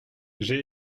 j’ai